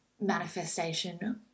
manifestation